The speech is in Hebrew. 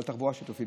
אבל תחבורה שיתופית,